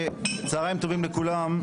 צוהריים טובים לכולם,